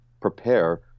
prepare